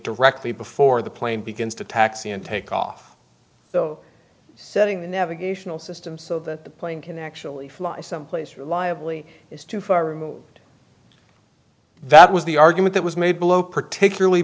directly before the plane begins to taxi and takeoff though setting the navigation system so that the plane can actually fly someplace reliably is too far removed that was the argument that was made below particularly